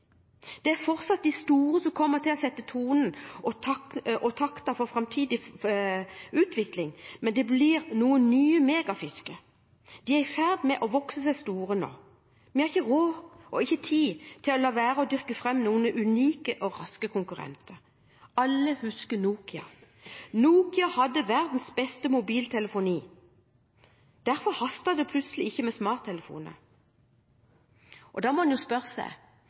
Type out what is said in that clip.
Det er fortsatt de store som kommer til å sette tonen og takten for fremtidig forretning, men det blir noen nye mega-fisker. De er i ferd med å vokse seg store nå. Vi har ikke tid til å la være å dyrke frem noen unike og raske konkurrenter.» Alle husker Nokia. I Aftenposten i dag står det også: «Nokia hadde verdens beste mobiltelefon; derfor hastet det ikke med smarttelefoner.» Og da må en jo spørre seg: